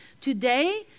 Today